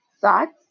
thoughts